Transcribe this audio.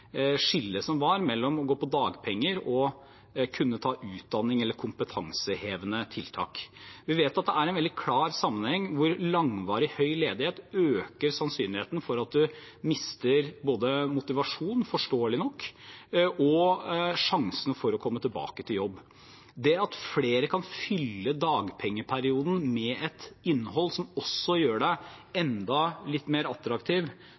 skillet som var mellom det å gå på dagpenger, og det å kunne ta utdanning eller kompetansehevende tiltak. Vi vet det er en veldig klar sammenheng, hvor langvarig høy ledighet øker sannsynligheten for at man både mister motivasjonen, forståelig nok, og sjansen for å komme tilbake til jobb. Det at flere kan fylle dagpengeperioden med et innhold som også gjør en enda litt mer attraktiv